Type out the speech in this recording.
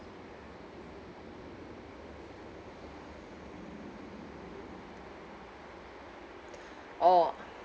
orh